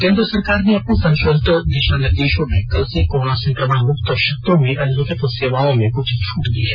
केन्द्र सरकार ने अपने संशोधित दिशा निर्देशों में कल से कोरोना संक्रमण मुक्त क्षेत्रों में अधिसूचित सेवाओं में कुछ छूट दी है